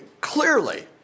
Clearly